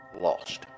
lost